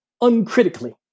uncritically